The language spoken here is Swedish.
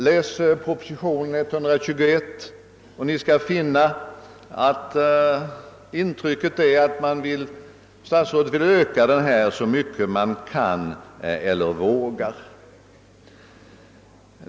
Läs proposition nr 121, och ni kommer att få intrycket att statsrådet vill öka den statliga företagsamheten så mycket man kan eller vågar.